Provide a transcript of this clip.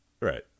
Right